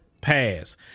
Pass